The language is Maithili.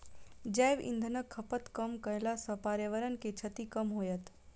जैव इंधनक खपत कम कयला सॅ पर्यावरण के क्षति कम होयत